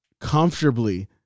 comfortably